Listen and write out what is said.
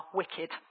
wicked